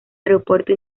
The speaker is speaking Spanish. aeropuerto